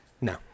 No